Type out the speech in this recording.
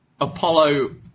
Apollo